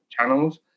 channels